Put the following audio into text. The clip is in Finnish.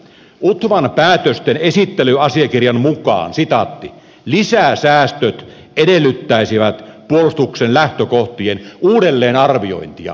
utvan päätösten esittelyasiakirjan mukaan lisäsäästöt edellyttäisivät puolustuksen lähtökohtien uudelleenarviointia